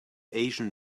asian